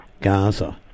Gaza